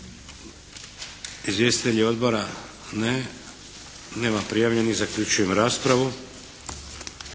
Izvjestitelji Odbora? Ne. Nema prijavljenih. Zaključujem raspravu.